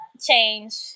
change